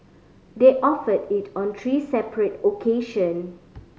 they offered it on three separate occasion